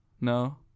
No